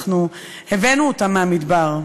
אנחנו הבאנו אותם מהמדבר,